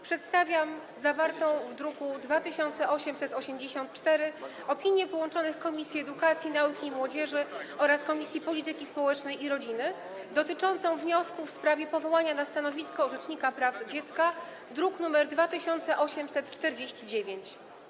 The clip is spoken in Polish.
Przedstawiam zawartą w druku nr 2884 opinię połączonych Komisji Edukacji, Nauki i Młodzieży oraz Komisji Polityki Społecznej i Rodziny dotyczącą wniosku w sprawie powołania rzecznika praw dziecka, druk nr 2849.